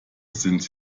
sind